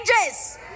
changes